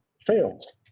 fails